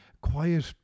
quiet